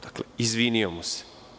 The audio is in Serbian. Dakle, izvinio mu se.